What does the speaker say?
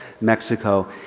Mexico